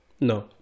No